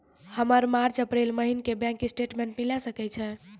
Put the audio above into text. हमर मार्च अप्रैल महीना के बैंक स्टेटमेंट मिले सकय छै?